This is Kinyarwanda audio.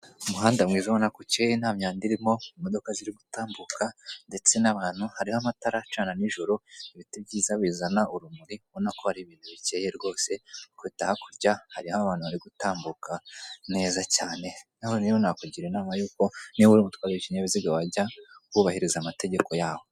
Umuhanda mwiza ubona ko ukeye nta myanda irimo imodoka ziri gutambuka, ndetse n'abantu, hariho amatara acana nijoro ibiti byiza bizana urumuri ubona ko ari ibintu bikeye rwose, kuruta hakurya hari abantu bari gutambuka neza cyane noneho nakugira inama yuko niba uri umuntu itwara ikinyabiziga wajya wubahiriza amategeko yaho.